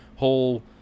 whole